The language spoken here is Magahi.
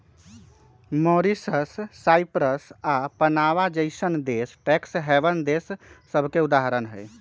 मॉरीशस, साइप्रस आऽ पनामा जइसन्न देश टैक्स हैवन देश सभके उदाहरण हइ